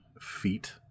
feet